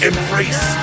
Embrace